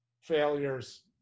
failures